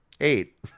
eight